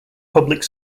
public